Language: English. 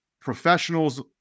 professionals